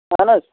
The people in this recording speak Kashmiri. اہَن حظ